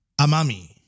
Amami